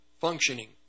functioning